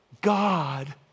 God